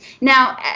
Now